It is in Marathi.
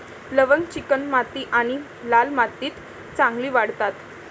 लवंग चिकणमाती आणि लाल मातीत चांगली वाढतात